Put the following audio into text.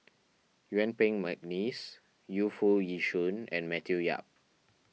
Yuen Peng McNeice Yu Foo Yee Shoon and Matthew Yap